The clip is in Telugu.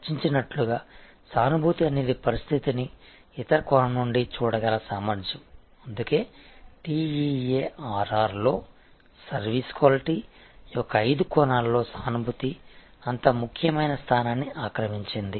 చర్చించినట్లుగా సానుభూతి అనేది పరిస్థితిని ఇతర కోణం నుండి చూడగల సామర్థ్యం అందుకే TEARR లో సర్వీస్ క్వాలిటీ యొక్క ఐదు కోణాల్లో సానుభూతి అంత ముఖ్యమైన స్థానాన్ని ఆక్రమించింది